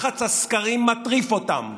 לחץ הסקרים מטריף אותם,